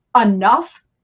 enough